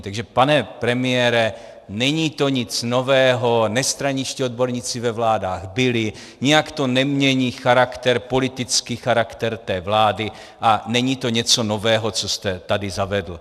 Takže pane premiére, není to nic nového, nestraničtí odborníci ve vládách byli, nijak to nemění charakter, politický charakter té vlády a není to něco nového, co jste tady zavedl.